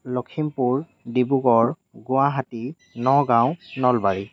Lakhimpur Dibrugarh Guwahati Nagaon Nalbari